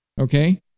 Okay